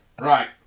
Right